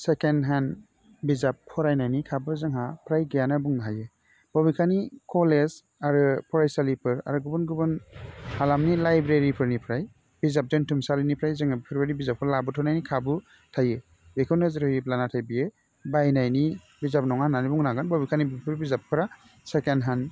second hand बिजाब फरायनायनि खाबु जोंहा फ्राय गैयानो बुंनो हायो बबेखानि कलेज आरो फरायसालिफोर आरो गुबुन गुबुन हालामनि लाइब्रेरि फोरनिफ्राय बिजाब दोनथुमसालिनिफ्राय जोङो बेफोरबादि बिजाबखौ लाबोथ'नायनि खाबु थायो बेखौ नोजोर होयोब्ला नाथाय बेयो बायनायनि बिजाब नङा होन्नानै बुंनांगोन बबेखानि बेफोर बिजाबफ्रा सेकेण्ड हेण्ड